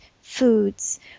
foods